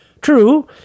True